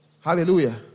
Hallelujah